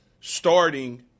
starting